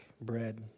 bread